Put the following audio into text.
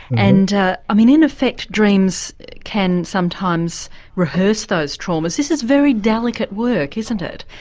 and ah um in in effect dreams can sometimes rehearse those traumas. this is very delicate work, isn't it,